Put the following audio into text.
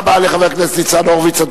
תודה רבה לחבר הכנסת ניצן הורוביץ.